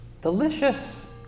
delicious